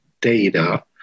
data